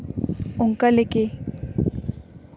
ᱚᱱᱠᱟ ᱞᱮᱠᱟ